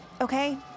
okay